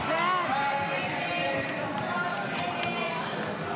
הסתייגות 185: 47 בעד, 55 נגד.